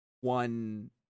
one